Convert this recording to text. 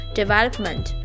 development